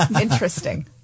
Interesting